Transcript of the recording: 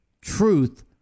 truth